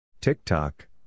TikTok